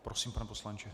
Prosím, pane poslanče.